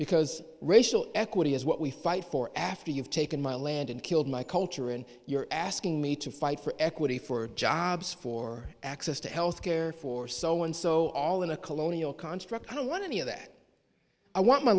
because racial equity is what we fight for after you've taken my land and killed my culture and you're asking me to fight for equity for jobs for access to health care for so and so all in a colonial contract i don't want any of that i want my